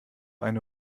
eine